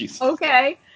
Okay